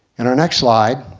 and our next slide,